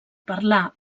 parlar